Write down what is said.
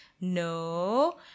no